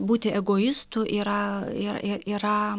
būti egoistu yra yra yra